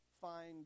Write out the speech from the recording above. find